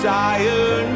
Desire